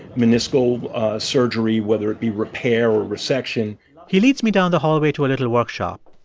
meniscal surgery, whether it be repair or resection he leads me down the hallway to a little workshop,